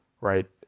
Right